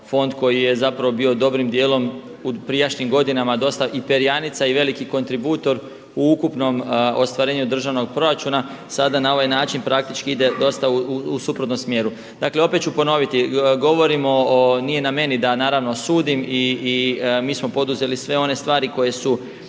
fond koji je bio dobrim dijelom u prijašnjim godinama dosta i perjanica i veliki kontributor u ukupnom ostvarenju državnog proračuna sada na ovaj način praktički ide dosta u suprotnom smjeru. Dakle opet ću ponoviti, nije na meni da sudim i mi smo poduzeli sve one stvari koje su